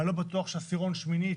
אני לא בטוח שעשירונים שמיני,